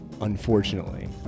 unfortunately